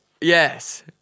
Yes